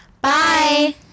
Bye